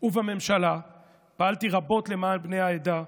ובממשלה פעלתי רבות למען בני העדה,